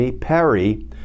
Perry